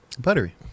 Buttery